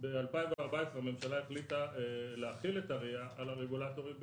ב-2014 הממשלה החליטה להחיל את אריע על הרגולטורים בישראל,